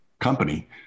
company